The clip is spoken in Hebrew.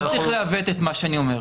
לא צריך לעוות את מה שאני אומר.